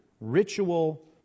ritual